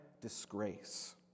disgrace